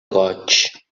goig